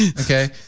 okay